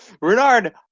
Renard